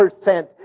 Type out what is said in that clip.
percent